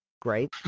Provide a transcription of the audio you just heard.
Great